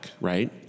right